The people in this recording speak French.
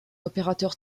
opérateur